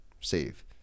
save